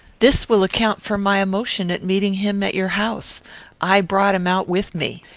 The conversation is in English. this will account for my emotion at meeting him at your house i brought him out with me.